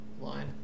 line